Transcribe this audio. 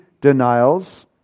denials